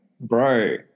Bro